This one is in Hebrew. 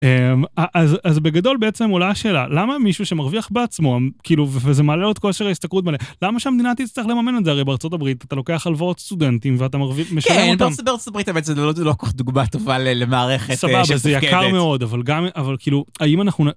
אז בגדול בעצם אולי השאלה למה מישהו שמרוויח בעצמו כאילו וזה מעלה לו את כושר ההשתכרות מלא למה שהמדינה תצטרך לממן את זה הרי בארצות הברית אתה לוקח הלוואות סטודנטים ואתה מרוויח משלם אותם. כן אבל האמת שארצות הברית זה לא כל כך דוגמא טובה למערכת. סבבה זה יקר מאוד אבל גם אבל כאילו האם אנחנו.